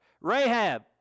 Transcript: Rahab